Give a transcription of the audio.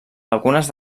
algunes